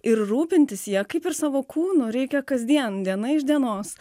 ir rūpintis ja kaip ir savo kūnu reikia kasdien diena iš dienos